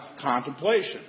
contemplation